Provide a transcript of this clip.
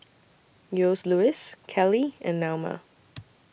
Joseluis Kelly and Naoma